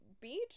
beach